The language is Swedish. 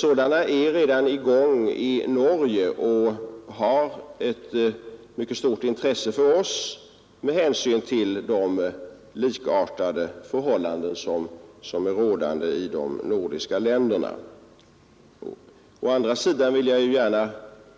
Sådana är redan i gång i Norge, och dessa undersökningar har ett mycket stort intresse för oss med hänsyn till de likartade förhållanden som råder i de nordiska länderna. Å andra sidan vill jag